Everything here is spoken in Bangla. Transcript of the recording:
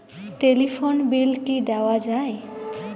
টেলিফোন বিল কি দেওয়া যায়?